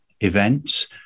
events